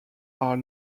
are